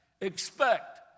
expect